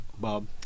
Bob